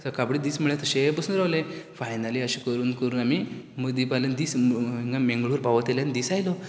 सकाळ फुडें दीस म्हळ्यार तशें बसून रावले फायनली अशें कोरून कोरून आमी मदीं पावले आनी दीस मंगळूर पावत आयले आनी दीस आयलो